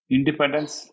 Independence